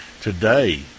Today